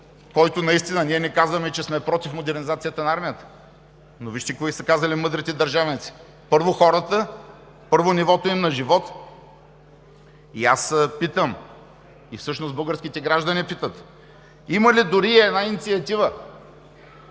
проблем. Ние не казваме, че сме против модернизацията на армията, но вижте какво са казали мъдрите държавници: „първо хората, първо нивото им на живот“. И аз питам, всъщност българските граждани питат: има ли дори една инициатива?